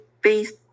based